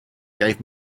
gave